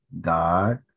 God